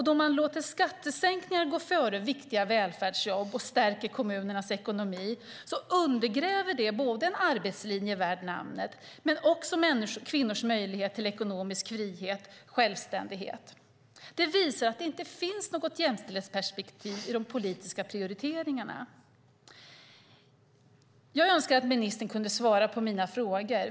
Att man låter skattesänkningar gå före viktiga välfärdsjobb och stärker kommunernas ekonomi undergräver en arbetslinje en värd namnet men också kvinnors möjlighet till ekonomisk frihet och självständighet. Det visar att det inte finns något jämställdhetsperspektiv i de politiska prioriteringarna. Jag önskar att ministern kunde svara på mina frågor.